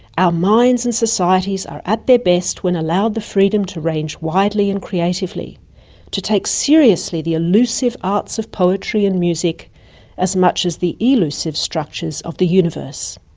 our minds and societies are at their best when allowed the freedom to range widely and creatively to take seriously the elusive arts of poetry and music as much as the elusive structures of the universe.